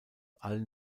allen